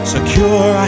Secure